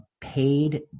paid